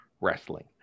wrestling